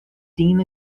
dean